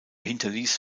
hinterließ